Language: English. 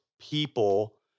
people